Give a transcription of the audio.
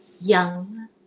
young